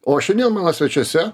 o šiandien mano svečiuose